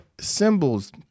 symbols